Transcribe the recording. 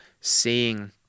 seeing